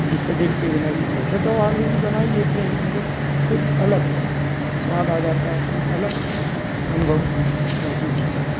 किस पर देख के बनाई वैसे तो ऑलरेडी बनाई लेते हैं मगर कुछ अलग स्वाद आ जाता है कुछ अलग अनुभव महसूस होता है